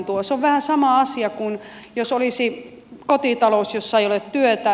se on vähän sama asia kuin jos olisi kotitalous jossa ei ole työtä